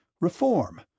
Reform